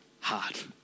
heart